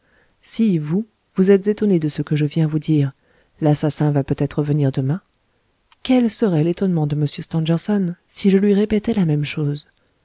si vous vous êtes étonné de ce que je viens de vous dire l'assassin va peut-être venir demain quel serait l'étonnement de m stangerson si je lui répétais la même chose